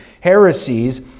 heresies